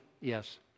yes